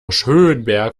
schönberg